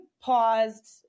paused